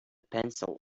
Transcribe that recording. pencil